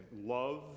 Love